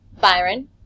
Byron